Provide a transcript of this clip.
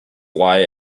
lie